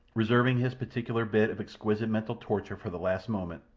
reserving his particular bit of exquisite mental torture for the last moment,